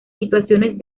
situaciones